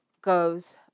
goes